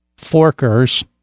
Forkers